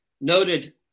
Noted